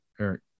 Eric